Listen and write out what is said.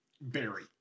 berry